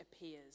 appears